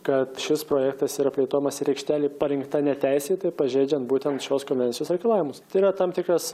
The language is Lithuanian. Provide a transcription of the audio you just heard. kad šis projektas yra plėtojamas ir aikštelė parinkta neteisėtai pažeidžiant būtent šios konvencijos reikalavimus tai yra tam tikras